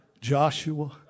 Joshua